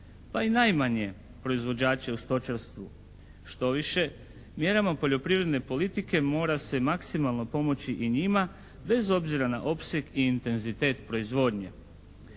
pa i najmanje proizvođače u stočarstvu, štoviše mjerama poljoprivredne politike mora se maksimalno pomoći i njima bez obzira na opseg i intenzitet proizvodnje.